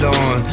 on